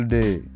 day